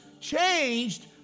changed